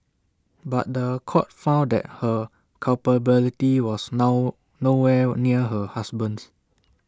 but The Court found that her culpability was now nowhere near her husband's